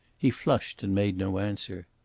he flushed and made no answer.